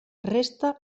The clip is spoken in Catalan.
resta